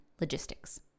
logistics